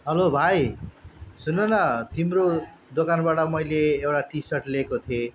hello भाइ सुन्नु न तिम्रो दोकानबाट मैले एउटा टी सर्ट लिएको थिएँ